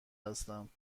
هستم